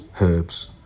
herbs